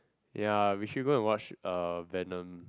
ya we should go and watch uh venom